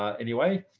anyway.